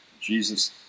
Jesus